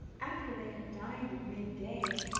after they had dined at midday,